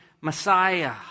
Messiah